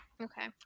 Okay